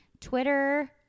Twitter